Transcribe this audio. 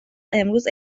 امروز